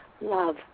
love